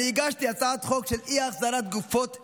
הגשתי הצעת חוק של אי-החזרת גופות מחבלים.